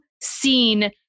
seen